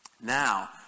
Now